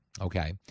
okay